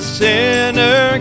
sinner